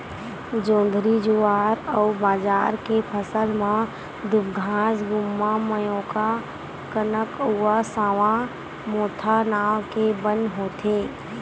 जोंधरी, जुवार अउ बाजरा के फसल म दूबघास, गुम्मा, मकोया, कनकउवा, सावां, मोथा नांव के बन होथे